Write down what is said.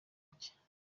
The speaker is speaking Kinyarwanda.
macye